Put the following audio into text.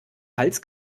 hals